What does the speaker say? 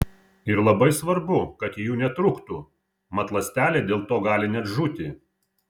ir labai svarbu kad jų netrūktų mat ląstelė dėl to gali net žūti